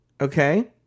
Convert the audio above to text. okay